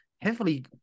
heavily